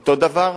אותו דבר.